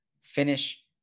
finish